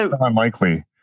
unlikely